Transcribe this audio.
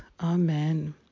Amen